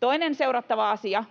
Toinen seurattava asia